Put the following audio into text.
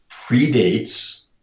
predates